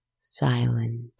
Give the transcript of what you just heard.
silent